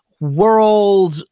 world